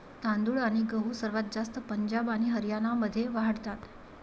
तांदूळ आणि गहू सर्वात जास्त पंजाब आणि हरियाणामध्ये वाढतात